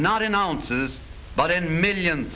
not announces but in millions